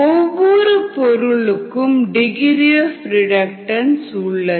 ஒவ்வொரு பொருளுக்கும் degree of reductance உள்ளது